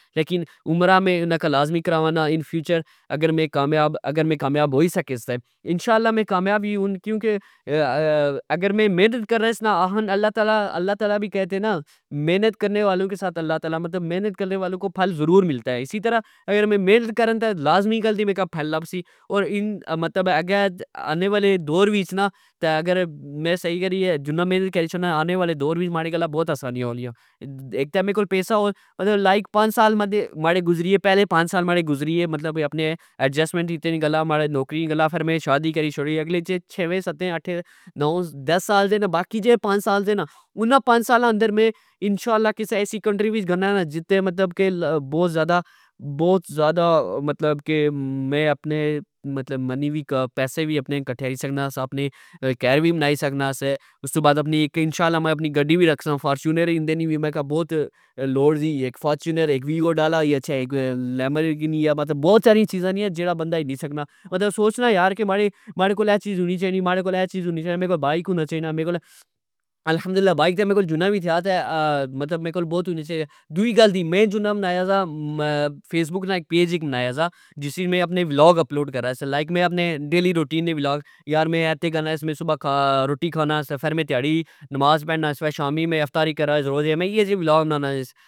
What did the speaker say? لیکن عمرہ میں لاظی کراوا نا انفیوچر اگر میں کامیاب ہوئی سکےس تہ انشااللہ میں کامیاب وی ہون اگر میں مخنت کرناس نا آکھن آللہ وی کہتے نا مخنت کرنے والوں کے ساتھ اللہ مطلب مخنت کرنے والوں کو پھل ضرور ملتا ہے اسی طرع میں مخنت کرا تہ لاظمی گل دی مکہ پھل لبسی اور ان مطلب اہ اگہ آنے والے دور اچ نا میں سیہ کری جنا مخنت کری شوڑنا آنے والے دور وچ ماڑے مارے بوت آسانیا ہون لگیا اک تہ میڑے کول پیسا ہول لائک پنج سال ماڑے گزری گئے پہلے پنج سال ماڑے گزری گئے پہلے پنج سال ماڑے گزری گئے مطلب اپنے ایڈجسٹمنٹ کیتے نی گلہ ماڑے نوکری نی گلہ فیر میں شادی کری شوڑی اگلے چھیوے ستے اٹھے نو دس سال سے نا باقی جیڑے پنج سال سے نا انا پنج سالا میں انشااللہ میں کسہ ایسی کنٹری وچ گنا نا مطلب جتھے کہ بوت ذیدا بوت ذیادہ مطلب کہ منی وی پیسے اپنے اکٹھے کری سکنا سا اپنے کر وی بنائی سکنا سا استو بعد اپنی انشااللہ اک گڈی وی رکھسا فارچونر نی می بوت لوڑ دی اک فارچونر اک ویگو ڈالا ہوئی گچھہ اک لیمبرگینی یا مطلب بوت ساریا چیزاں ہونیا جیڑیاں بندا کنی سکنا مطلب سوچنا یار ماڑے کول اہ چیز ہونی چائی نی اہ چیز ہونی چائی نی میرے کول بائک ہونا چائی نا میرےکول الحمدواللہ بائک تہ ماڑے کول جنا وی تھیا تہ مطلب میرے کول بوت ہونی سی کہ دوئی گل دی میں جنا منایا سا فیس بک نا پیج بنایا سا جس وچ میں اپنے ولاگ اپلوڈ کرا سا لائک میں اپنی ڈیلی روٹین نے ولگ یار میں اےتے کرنا میں صبع روٹی کھاناس تہ فر میں دیاڑی نماز پڑنا تہ شامی میں افتاری کرنا روز میں ایہ جے ولاگ بناس